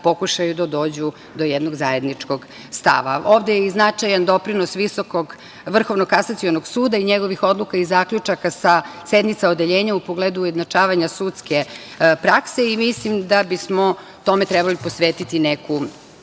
pokušaju da dođu do jednog zajedničkog stava. Ovde je i značajan doprinos Vrhovnog kasacionog suda i njegovih odluka i zaključaka sa sednica odeljenja u pogledu ujednačavanja sudske prakse i mislim da bismo tome trebali posvetiti neku